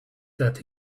that